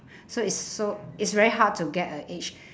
so it's so it's very hard to get a age